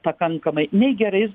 pakankamai nei gerais